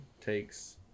takes